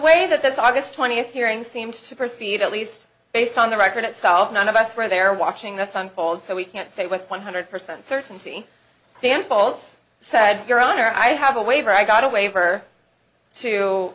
way that this august twentieth hearing seems to proceed at least based on the record itself none of us were there watching this unfold so we can't say with one hundred percent certainty damn fault said your honor i have a waiver i got a waiver too